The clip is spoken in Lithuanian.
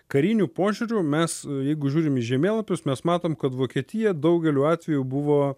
kariniu požiūriu mes jeigu žiūrim į žemėlapius mes matome kad vokietija daugeliu atvejų buvo